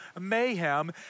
mayhem